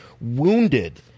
wounded